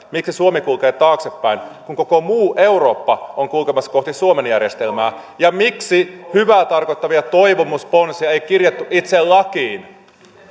miksi suomi kulkee taaksepäin kun koko muu eurooppa on kulkemassa kohti suomen järjestelmää ja miksi hyvää tarkoittavia toivomusponsia ei kirjattu itse lakiin